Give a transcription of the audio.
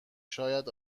شاید